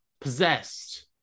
Possessed